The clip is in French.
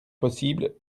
possible